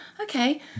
okay